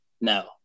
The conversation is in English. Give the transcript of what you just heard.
No